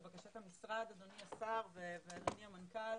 לבקשת המשרד, אדוני השר, אדוני המנכ"ל,